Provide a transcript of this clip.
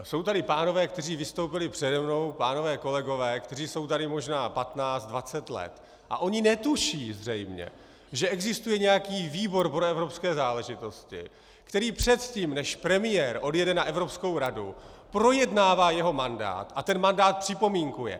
Jsou tady pánové, kteří vystoupili přede mnou, pánové kolegové, kteří jsou tady možná patnáct, dvacet let, a oni zřejmě netuší, že existuje nějaký výbor pro evropské záležitosti, který předtím, než premiér odjede na Evropskou radu, projednává jeho mandát a ten mandát připomínkuje.